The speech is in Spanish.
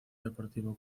deportivo